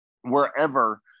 wherever